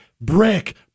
brick